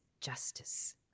justice